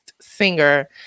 Singer